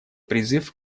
призыв